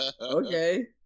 Okay